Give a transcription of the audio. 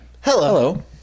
Hello